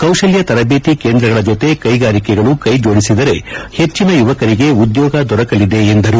ಕೌಶಲ್ಯ ತರಬೇತಿ ಕೇಂದ್ರಗಳ ಜೊತೆ ಕೈಗಾರಿಕೆಗಳು ಕೈಜೋಡಿಸಿದರೆ ಹೆಚ್ಚಿನ ಯುವಕರಿಗೆ ಉದ್ಯೋಗ ದೊರಕಲಿದೆ ಎಂದರು